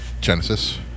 Genesis